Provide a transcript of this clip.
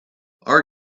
our